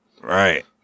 Right